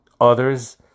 Others